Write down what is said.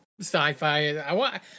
sci-fi